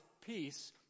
peace